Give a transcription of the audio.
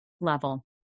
level